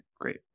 great